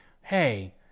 hey